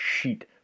sheet